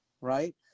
right